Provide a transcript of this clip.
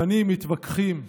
דנים, מתווכחים,